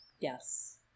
Yes